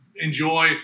enjoy